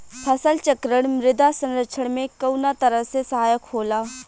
फसल चक्रण मृदा संरक्षण में कउना तरह से सहायक होला?